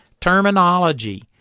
terminology